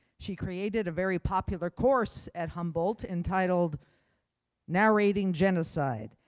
she created a very popular course at humboldt entitled narrating genocide.